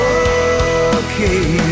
okay